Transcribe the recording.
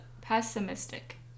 pessimistic